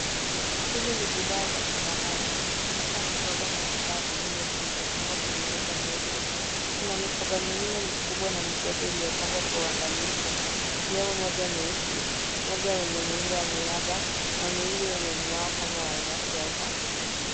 Hizi ni bidhaa za kifahari hasa mikoba na bidhaa zingine zilizopangwa kwenye meza nyeupe. Kuna mikoba minne mikubwa na midogo iliyopandwa kwa uangalifu ikiwemo moja nyeusi, moja yenye muundo wa miraba na miwili yenye mng'ao kama almasi au pambo.